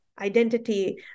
identity